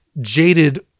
jaded